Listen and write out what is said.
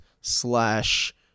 slash